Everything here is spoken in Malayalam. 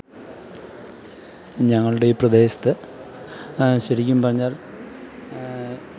ഞങ്ങളുടെ ഈ പ്രദേശത്ത് ശരിക്കും പറഞ്ഞാൽ